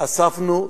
אספנו,